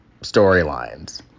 storylines